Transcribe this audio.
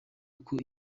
uko